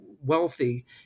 wealthy